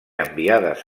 enviades